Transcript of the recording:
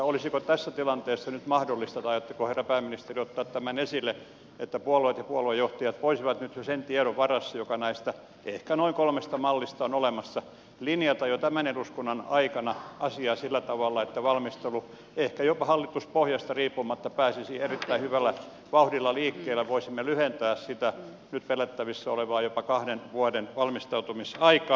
olisiko tässä tilanteessa nyt mahdollista tai aiotteko herra pääministeri ottaa tämän esille että puolueet ja puoluejohtajat voisivat nyt jo sen tiedon varassa joka näistä ehkä noin kolmesta mallista on olemassa linjata jo tämän eduskunnan aikana asiaa sillä tavalla että valmistelu ehkä jopa hallituspohjasta riippumatta pääsisi erittäin hyvällä vauhdilla liikkeelle voisimme lyhentää sitä nyt pelättävissä olevaa jopa kahden vuoden valmistautumisaikaa